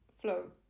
flow